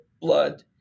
blood